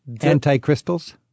Anti-crystals